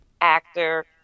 actor